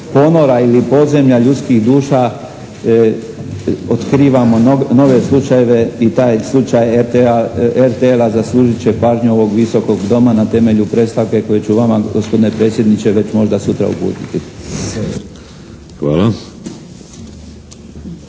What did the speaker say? ponora ili podzemlja ljudskih duša otkrivamo nove slučajeve. I taj slučaj RTL-a zaslužit će pažnju ovog Visokog doma na temelju predstavke koju ću vama gospodine predsjedniče već možda sutra uputiti.